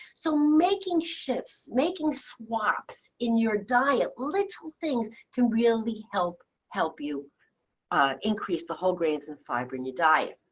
so making shifts, making swaps in your diet, little things can really help help you increase the whole grains and fiber in your diet.